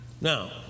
Now